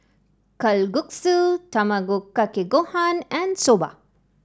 Kalguksu Tamago Kake Gohan and Soba